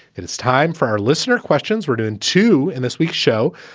it's time for our listener. questions were doing, too. and this week's show,